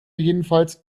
jedenfalls